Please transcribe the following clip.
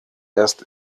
erst